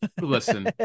Listen